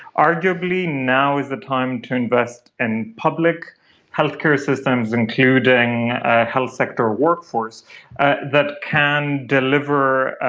arguably now is the time to invest in public healthcare systems, including a health sector workforce that can deliver